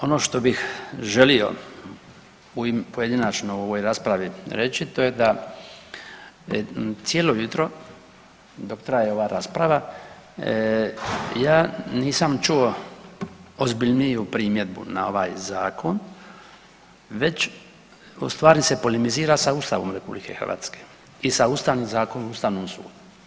Ono što bih želio u ime pojedinačno u ovoj raspravi reći, to je da cijelo jutro dok traje ova rasprava ja nisam čuo ozbiljniju primjedbu na ovaj Zakon, već, ustvari se polemizira sa Ustavom RH i sa Ustavnim zakonom o Ustavnom sudu.